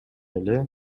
эле